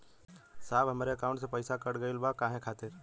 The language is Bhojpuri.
साहब हमरे एकाउंट से पैसाकट गईल बा काहे खातिर?